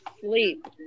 sleep